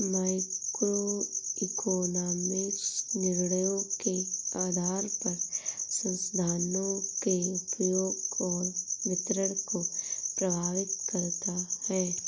microeconomics निर्णयों के आधार पर संसाधनों के उपयोग और वितरण को प्रभावित करता है